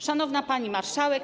Szanowna Pani Marszałek!